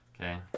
Okay